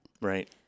Right